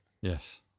Yes